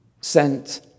Sent